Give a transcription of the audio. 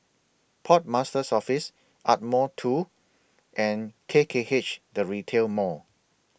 Port Master's Office Ardmore two and K K H The Retail Mall